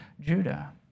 Judah